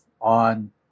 on